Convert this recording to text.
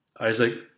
Isaac